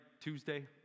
Tuesday